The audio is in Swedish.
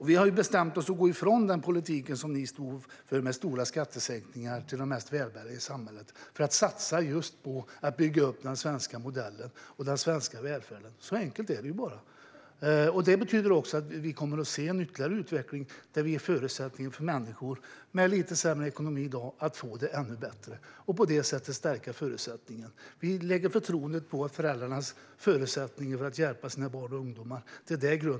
Vi har bestämt oss för att gå ifrån den politik som ni stod för med stora skattesänkningar till de mest välbärgade i samhället för att i stället satsa på att bygga upp den svenska modellen och den svenska välfärden. Så enkelt är det. Det betyder också att vi kommer att se en ytterligare utveckling där vi ger förutsättningar för människor som i dag har lite sämre ekonomi att få det ännu bättre, och på det sättet stärker vi deras förutsättningar. Vi har förtroende för att grunden ska ligga i föräldrarnas förutsättningar att hjälpa sina barn och ungdomar.